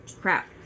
Crap